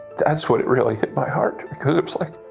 that's when it really hit my heart because it was like